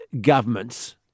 governments